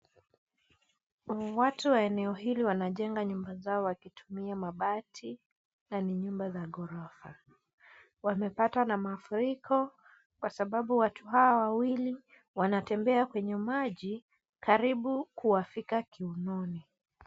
Watu wa eneo hili wanajenga barabara zao wakitumia mabati na ni nyumba za ghorofa. Wamepatwa na mafuriko kwa sababu watu hawa wawili wanatembea kwenye maji karibu kuwafika kiunoni.